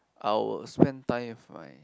I will spend time with my